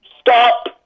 Stop